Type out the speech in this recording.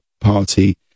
party